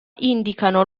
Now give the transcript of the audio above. indicano